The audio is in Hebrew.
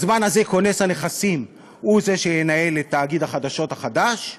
בזמן הזה כונס הנכסים הוא זה שינהל את תאגיד החדשות החדש,